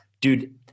dude